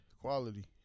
Quality